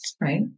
right